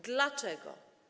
Dlaczego?